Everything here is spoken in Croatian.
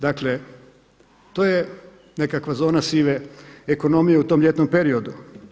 Dakle, to je nekakva zona sive ekonomije u tom ljetnom periodu.